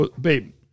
Babe